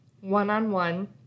one-on-one